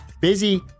Busy